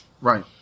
Right